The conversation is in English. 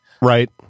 Right